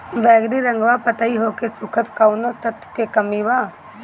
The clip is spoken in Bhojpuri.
बैगरी रंगवा पतयी होके सुखता कौवने तत्व के कमी बा?